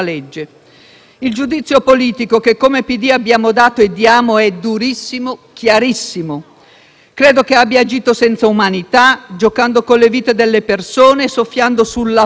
Ministro abbia agito senza umanità, giocando con le vite delle persone, soffiando sulla paura dell'immigrazione e del diverso, come purtroppo fa troppo spesso. E per che cosa?